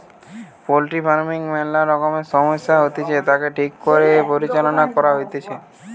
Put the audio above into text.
poultry farming ম্যালা রকমের সমস্যা হতিছে, তাকে ঠিক করে পরিচালনা করতে হইতিছে